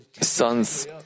sons